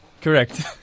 Correct